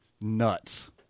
Nuts